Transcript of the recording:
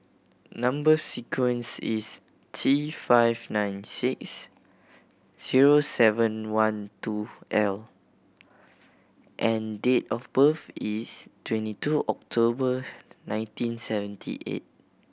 number sequence is T five nine six zero seven one two L and date of birth is twenty two October nineteen seventy eight